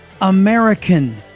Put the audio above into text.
American